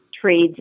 trades